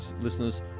listeners